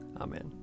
Amen